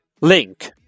Link